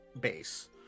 base